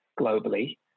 globally